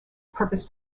purpose